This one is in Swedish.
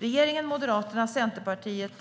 Regeringen, Moderaterna, Centerpartiet,